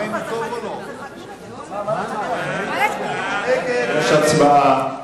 יש הצבעה.